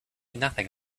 nothing